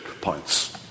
points